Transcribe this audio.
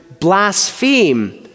blaspheme